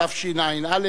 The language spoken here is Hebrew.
תשע"א,